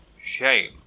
Shame